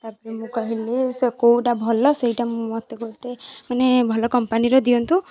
ତା'ପରେ ମୁଁ କହିଲି ସେ କେଉଁଟା ଭଲ ସେଇଟା ମୋତେ ଗୋଟେ ମାନେ ଭଲ କମ୍ପାନୀର ଦିଅନ୍ତୁ